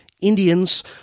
Indians